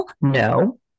No